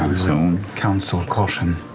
counsel caution.